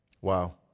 wow